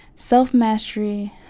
Self-mastery